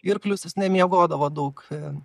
ir plius jis nemiegodavo daug